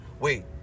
wait